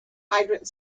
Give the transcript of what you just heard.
hydrant